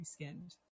reskinned